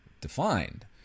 defined